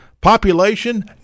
Population